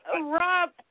Rob